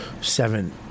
Seven